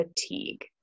fatigue